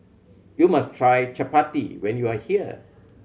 you must try Chapati when you are here